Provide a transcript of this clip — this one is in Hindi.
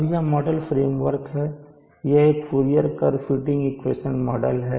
अब यह मॉडल फ्रेम वर्क है यह एक Fourier curve fitting equation model है